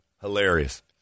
Hilarious